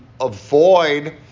avoid